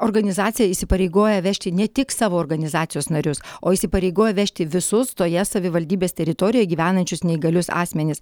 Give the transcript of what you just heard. organizacija įsipareigoja vežti ne tik savo organizacijos narius o įsipareigoja vežti visus toje savivaldybės teritorijoje gyvenančius neįgalius asmenis